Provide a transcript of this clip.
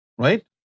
Right